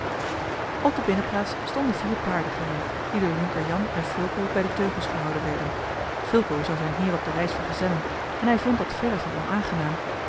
op de binnenplaats stonden vier paarden gereed die door jonker jan en fulco bij de teugels gehouden werden fulco zou zijn heer op de reis vergezellen en hij vond dat verre van onaangenaam